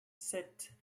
sept